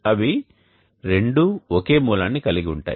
అవి రెండూ ఒకే మూలాన్ని కలిగి ఉంటాయి